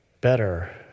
better